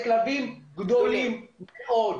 מדובר בכלבים גדולים מאוד,